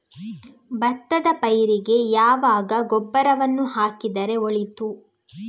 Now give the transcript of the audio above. ಭತ್ತದ ಪೈರಿಗೆ ಯಾವಾಗ ಗೊಬ್ಬರವನ್ನು ಹಾಕಿದರೆ ಒಳಿತು?